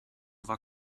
war